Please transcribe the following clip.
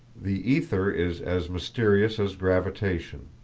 the ether is as mysterious as gravitation.